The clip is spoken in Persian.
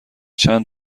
چند